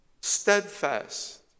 steadfast